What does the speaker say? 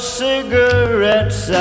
cigarettes